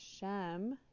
Hashem